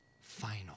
final